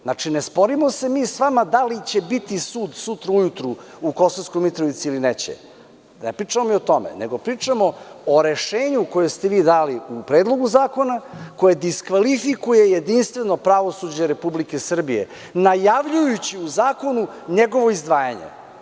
Znači, ne sporimo se mi sa vama da li će biti sud sutra ujutru u Kosovskoj Mitrovici ili neće, ne pričamo mi o tome, nego pričamo o rešenju koje ste vi dali u predlogu zakona, koje diskvalifikuje jedinstveno pravosuđe Republike Srbije najavljujući u zakonu njegovo izdvajanje.